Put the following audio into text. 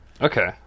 Okay